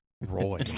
roy